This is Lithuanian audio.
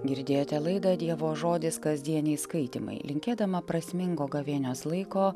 girdėjote laidą dievo žodis kasdieniai skaitymai linkėdama prasmingo gavėnios laiko